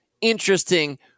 interesting